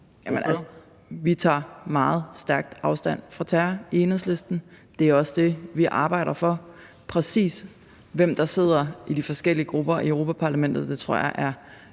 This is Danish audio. meget stærkt afstand fra terror. Det er også det, vi arbejder for. Præcis hvem der sidder i de forskellige grupper i Europa-Parlamentet tror jeg er